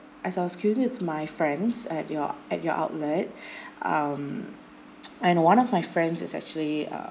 as I was queuing with my friends at your at your outlet um and one of my friends is actually uh